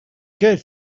good